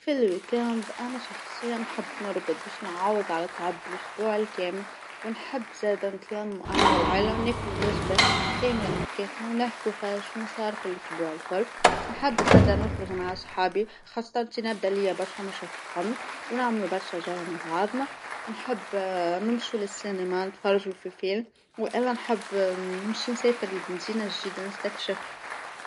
في الويكاند أنا شخصيا نحب نرقد باش نعوظ على تعب الأسبوع الكامل ونحب زادة نتلام أنا والعائلة وناكل وجبة كاملة متكاملة ونحكو فيها شنو صار في الأسبوع الكل نحبذ هذا نخرج مع صحابي خاصة تينبدا ليا برشا ما شفتهومش ونعملوا برشا جوة مع بعضنا، نحب آآ نمشو للسينما نتفرجوا في فيلم وأنا نحب بش نسافر لمدينة جديدة نستكشفها.